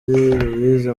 louise